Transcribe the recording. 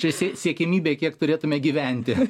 čia sie siekiamybė kiek turėtume gyventi